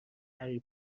هری